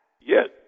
Yes